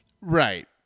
Right